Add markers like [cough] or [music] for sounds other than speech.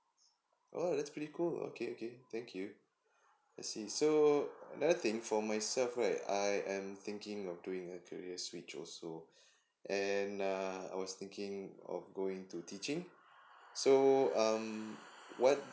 oh that's pretty cool okay okay thank you [breath] I see so another thing for myself right I am thinking of doing a career switch also [breath] and uh I was thinking of going to teaching so um what